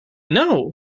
know